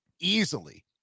easily